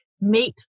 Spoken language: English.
meet